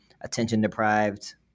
attention-deprived